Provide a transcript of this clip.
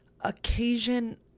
occasion